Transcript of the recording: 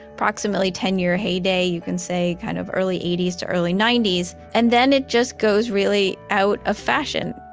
approximately ten year heyday, you can say kind of early eighties to early nineties and then it just goes really out of fashion.